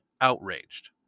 outraged